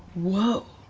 whoa.